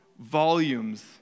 volumes